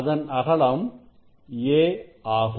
அதன் அகலம் a ஆகும்